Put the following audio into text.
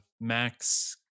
Max